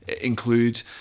Include